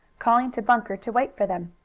calling to bunker to wait for them.